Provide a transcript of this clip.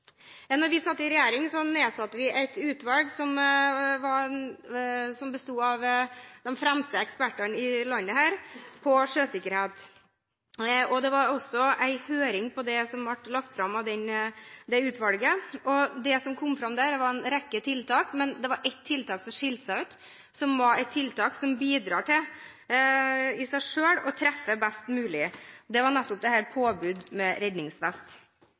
vi satt i regjering, nedsatte vi et utvalg som besto av de fremste ekspertene på sjøsikkerhet i landet. Det var også en høring om dette, som utvalget la fram. Det var en rekke tiltak som kom fram der, men det var ett tiltak som skilte seg ut, et tiltak som i seg selv bidrar til at en kan treffe best mulig, og det var nettopp det med påbud av redningsvest.